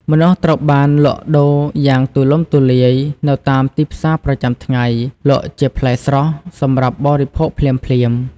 ម្នាស់ត្រូវបានលក់ដូរយ៉ាងទូលំទូលាយនៅតាមទីផ្សារប្រចាំថ្ងៃ លក់ជាផ្លែស្រស់ សម្រាប់បរិភោគភ្លាមៗ។